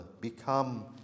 Become